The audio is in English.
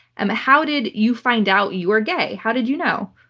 and how did you find out you were gay? how did you know?